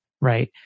right